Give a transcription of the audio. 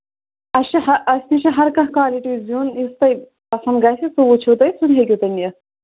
اَسہِ چھِ ہہ اَسہِ تہِ چھِ ہر کانہہ کالِٹی زیُن یُس تۄہہِ پَسنٛد گژھِ سُہ وٕچھِو تُہۍ سُہ ہیٚکِو تُہۍ نِتھ